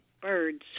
birds